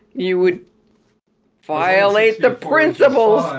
you would violate the principles,